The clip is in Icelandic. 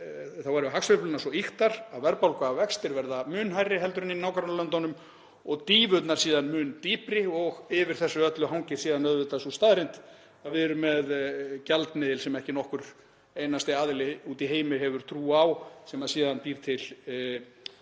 þá verða hagsveiflurnar svo ýktar að verðbólga og vextir verða mun hærri en í nágrannalöndunum og dýfurnar síðan mun dýpri. Yfir þessu öllu hangir síðan sú staðreynd að við erum með gjaldmiðil sem ekki nokkur einasti aðili úti í heimi hefur trú á sem síðan býr til auknar